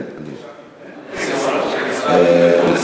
כן, אדוני?